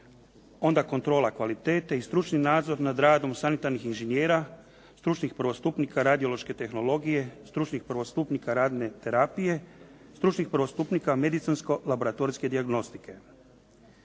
onda kontrola kvalitete i stručni nadzor nad radom sanitarnim inženjera, stručnih prvostupnika radiološke tehnologije, stručnih prvostupnika radne terapije, stručnih prvostupnika medicinsko-laboratorijske dijagnostike.